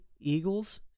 Eagles